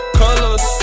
colors